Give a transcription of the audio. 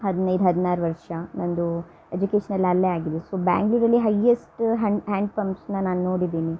ಹದಿನೈದು ಹದಿನಾ ವರ್ಷ ನಂದು ಎಜುಕೇಷ್ನೆಲ್ಲ ಅಲ್ಲೇ ಆಗಿದ್ದು ಸೊ ಬ್ಯಾಂಗ್ಳೂರಲ್ಲಿ ಹೈಯೆಸ್ಟ್ ಹ್ಯಾಂಡ್ ಪಂಪ್ಸ್ನ ನಾನು ನೋಡಿದ್ದೀನಿ